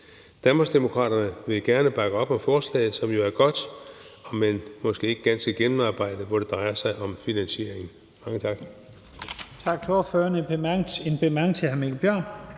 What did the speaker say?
Danmarksdemokraterne vil gerne bakke op om forslaget, som jo er godt, om end det måske ikke er helt gennemarbejdet, når det drejer sig om finansieringen. Mange tak.